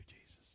Jesus